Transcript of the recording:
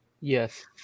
Yes